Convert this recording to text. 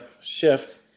shift